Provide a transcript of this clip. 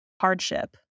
hardship